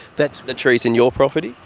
that's the trees in your property?